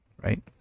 right